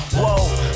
whoa